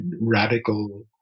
radical